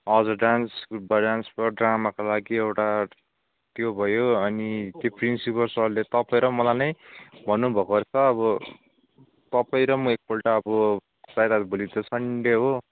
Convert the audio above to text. हजुर डान्स ग्रुपमा डान्स भयो ड्रामाको लागि एउटा त्यो भयो अनि त्यो प्रिन्सिपल सरले तपाईँ र मलाई नै भन्नुभएको रहेछ अब तपाईँ र म एकपल्ट अब सायद भोलि त सन्डे हो